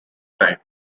time